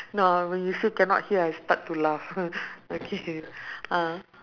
no ah when you said cannot hear I start to laugh okay uh